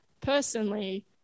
personally